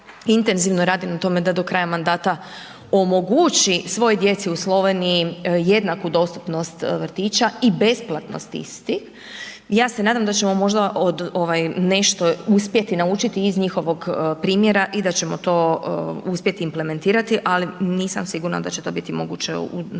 intenzivno radi na tome da do kraja mandata omogući svoj djeci u Sloveniji jednaku dostupnost vrtića i besplatnost istih. I ja se nadam da ćemo možda nešto uspjeti naučiti iz njihovog primjera i da ćemo to uspjeti implementirati ali nisam sigurna da će to biti moguće u neko